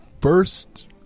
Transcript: first